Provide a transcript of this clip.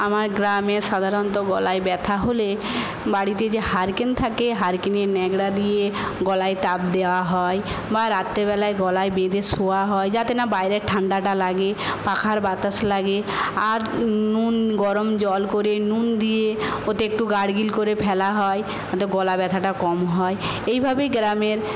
আমার গ্রামে সাধারণত গলায় ব্যথা হলে বাড়িতে যে হারকেন থাকে হারকেনে ন্যাকড়া দিয়ে গলায় তাপ দেওয়া হয় বা রাত্রে বেলায় গলায় বেঁধে শোওয়া হয় যাতে না বাইরে ঠান্ডাটা লাগে পাখার বাতাস লাগে আর নুন গরম জল করে নুন দিয়ে ওতে একটু গার্গল করে ফেলা হয় গলা ব্যথাটা কম হয় এইভাবেই গ্রামের